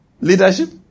leadership